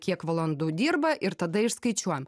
kiek valandų dirba ir tada išskaičiuojam